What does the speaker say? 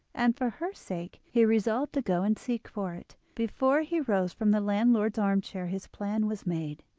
and for her sake he resolved to go and seek for it. before he rose from the landlord's arm-chair his plan was made,